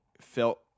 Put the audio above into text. felt